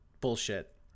bullshit